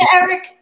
Eric